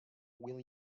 will